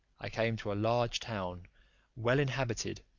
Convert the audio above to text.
i came to a large town well inhabited,